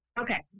Okay